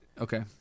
Okay